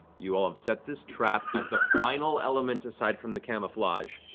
you all have set this trap as the final element, aside from the camouflage.